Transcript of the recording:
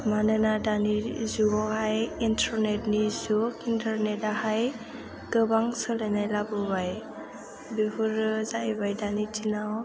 मानोना दानि जुगाहाय इन्टारनेटनि जुग इन्टारनेटाहाय गोबां सोलायनाय लाबोबाय बेफोरो जाहैबाय दानि दिनाव